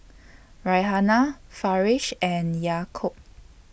Raihana Firash and Yaakob